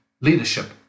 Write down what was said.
leadership